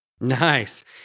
Nice